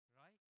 right